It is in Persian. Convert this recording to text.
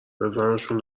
بزارمشون